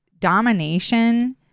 domination